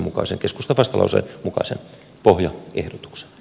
teen keskustan vastalauseen mukaisen pohjaehdotuksen